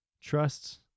trusts